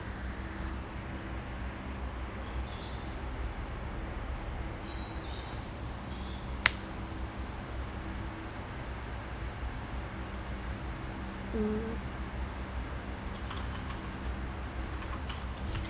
mm